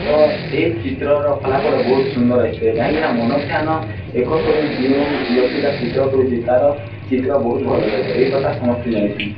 ତ ଏଇ ଚିତ୍ରର ଫଲାଫଲ ବହୁତ ସୁନ୍ଦର କାହିଁକିନା ମନ ଧ୍ୟାନ ଏକ କରି ଯେଉଁ ବ୍ୟକ୍ତିଟା ଚିତ୍ର କରୁଚି ତା'ର ଚିତ୍ର ବହୁତ ଭଲ ହେବ ଏ କଥା ସମସ୍ତେ ଜାଣିଛନ୍ତି